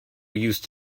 use